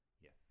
Yes